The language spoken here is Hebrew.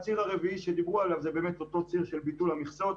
והציר הרביעי שדיברו עליו זה באמת אותו ציר של ביטול המכסות,